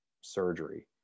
surgery